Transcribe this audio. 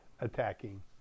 attacking